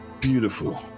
beautiful